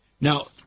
Now